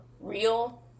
real